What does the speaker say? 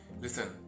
Listen